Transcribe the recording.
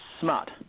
smart